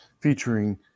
featuring